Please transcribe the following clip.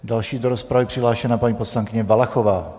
Další do rozpravy je přihlášena paní poslankyně Valachová.